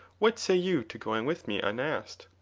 what say you to going with me unasked?